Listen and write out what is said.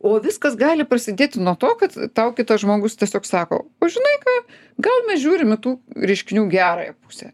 o viskas gali prasidėti nuo to kad tau kitas žmogus tiesiog sako o žinai ką gal mes žiūrim į tų reiškinių gerąją pusę